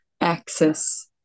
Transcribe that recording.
access